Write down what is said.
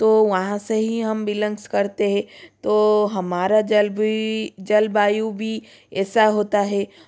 तो वहाँ से ही हम बिलंगस करते हैं तो हमारा जल भी जलवायु भी ऐसा होता है